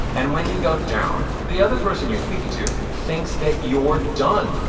and when you go down, the other person you're speaking to thinks that you're done,